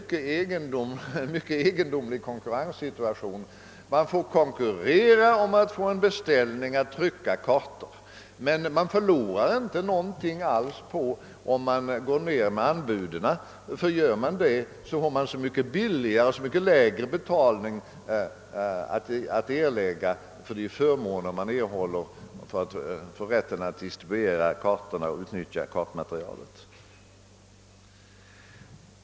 Detta är en mycket egendomlig konkurrenssituation: SRA får konkurrera om att erhålla en beställning att trycka kartor, men man förlorar ofta inte någonting alls på om man går ned med anbuden, ty om man gör det, har man så mycket lägre betalning att erlägga för de leveranser och förmåner man erhåller.